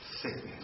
Sickness